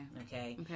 Okay